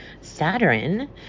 Saturn